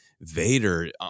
vader